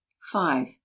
five